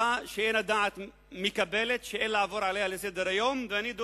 שאין הדעת מקבלת ואין לעבור עליה לסדר-היום.